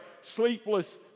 sleepless